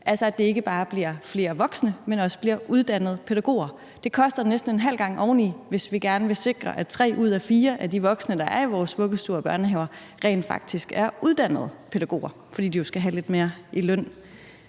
altså at det ikke bare bliver flere voksne, men også bliver uddannede pædagoger. Det koster næsten en halv gang oveni, hvis vi gerne vil sikre, at tre ud af fire af de voksne, der er i vores vuggestuer og børnehaver, rent faktisk er uddannede pædagoger, fordi de jo skal have lidt mere i løn.